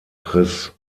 chris